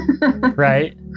Right